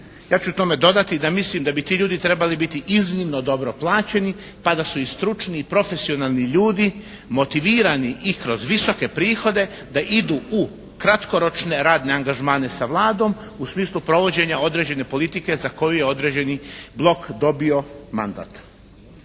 Ja ću tome dodati da mislim da bi ti ljudi trebali biti iznimno dobro plaćeni pa da su i stručni i profesionalni ljudi motivirani i kroz visoke prihode da idu u kratkoročne radne angažmane sa Vladom u smislu provođenja određene politike za koju je određeni blok dobio mandat.